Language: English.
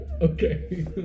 Okay